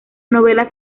novela